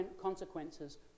consequences